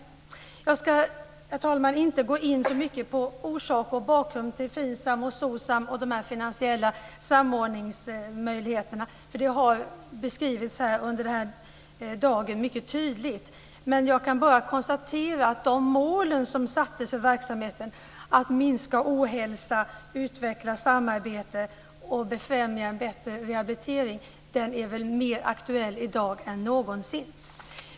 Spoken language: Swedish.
Herr talman! Jag ska inte gå in så mycket på orsak och bakgrund till FINSAM och SOCSAM och de finansiella samordningsmöjligheterna. Det har beskrivits mycket tydligt under dagen. Jag kan bara konstatera att de mål som sattes för verksamheten, att minska ohälsa, utveckla samarbete och befrämja en bättre rehabilitering, är mer aktuella i dag än någonsin.